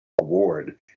award